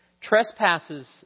Trespasses